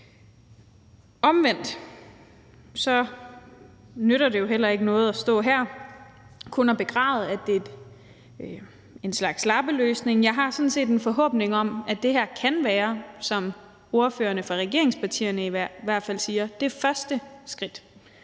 Omvendt nytter det jo heller ikke noget kun at stå her og begræde, at det er en slags lappeløsning. Jeg har sådan set en forhåbning om, at det her kan være, som ordførerne for regeringspartierne i hvert fald siger, det første skridt,